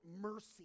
mercy